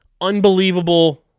unbelievable